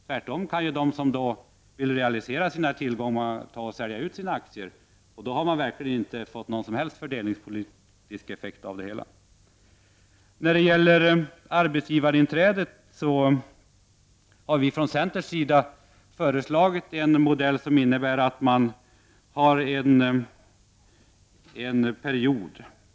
Tvärtom kan ju de som vill realisera sina tillgångar sälja ut sina aktier — och då har man verkligen inte fått någon som helst fördelningspolitisk effekt. I fråga om arbetsgivarinträdet har vi från centerns sida föreslagit en modell som innebär en period.